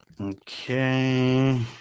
Okay